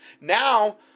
Now